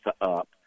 up